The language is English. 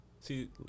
See